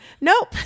nope